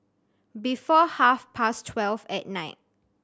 before half past twelve at night